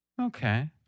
Okay